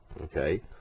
okay